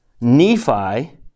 Nephi